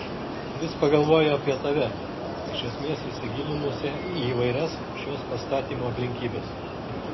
vis pagalvoju apie tave iš esmės įsigilinusią į įvairias šios pastatymo aplinkybes